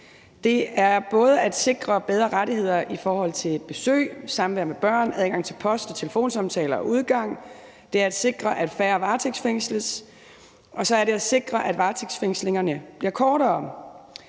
Det er både at sikre bedre rettigheder i forhold til besøg, samvær med børn, adgang til post og telefonsamtaler og udgang, det er at sikre, at færre varetægtsfængsles, og det er at sikre, at varetægtsfængslingerne bliver kortere.